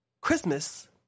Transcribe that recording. Christmas